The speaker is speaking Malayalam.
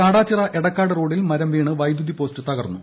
കാടാച്ചിറ എടക്കാട് റോഡിൽ മര്യ്ക്ക് വീണ് വൈദ്യുതി പോസ്റ്റ് തകർന്നു